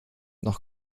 noch